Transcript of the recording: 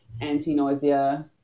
anti-nausea